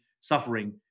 suffering